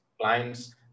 clients